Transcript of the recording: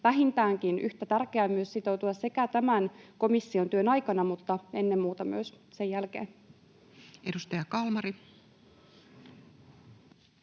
vähintäänkin yhtä tärkeää sitoutua sekä tämän komission työn aikana mutta ennen muuta myös sen jälkeen. [Speech 23]